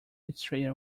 straight